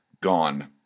Gone